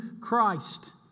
Christ